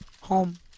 home